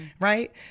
Right